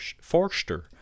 forster